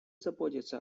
заботиться